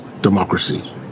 democracy